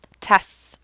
Tests